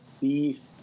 beef